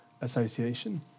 association